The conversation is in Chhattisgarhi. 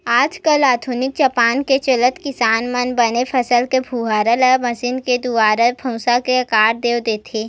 आज कल आधुनिक जबाना के चलत किसान मन बने फसल के पुवाल ल मसीन के दुवारा भूसा के आकार देवा देथे